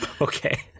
Okay